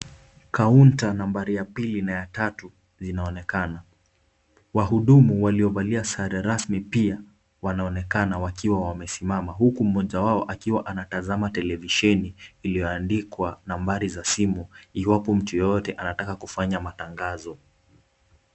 Kaunta nambari ya pili na ya tatu zinaonekana. Wahudumu waliovalia sare rasmi pia wanaonekana wakiwa wamesimama huku mmoja wao akiwa anatazama televisheni iliyoandikwa nambari za simu iwapo mtu yeyote anataka kufanya matangazo.